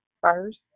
first